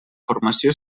formació